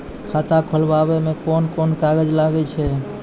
खाता खोलावै मे कोन कोन कागज लागै छै?